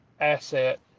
asset